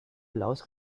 blouse